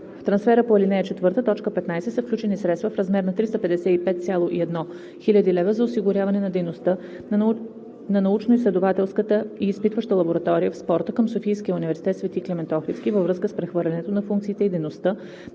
В трансфера по ал. 4, т. 15 са включени средства в размер на 355,1 хил. лв. за осигуряване на дейността на Научноизследователската и изпитваща лаборатория в спорта към Софийския университет „Св. Климент Охридски“ във връзка с прехвърлянето на функциите и дейността